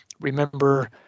remember